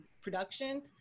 production